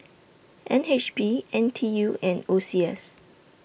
N H B N T U and O C S